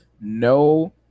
no